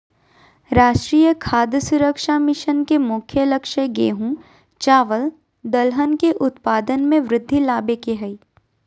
राष्ट्रीय खाद्य सुरक्षा मिशन के मुख्य लक्ष्य गेंहू, चावल दलहन के उत्पाद में वृद्धि लाबे के हइ